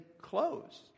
clothes